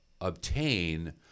obtain